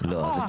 אחורה.